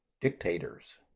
dictators